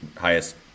highest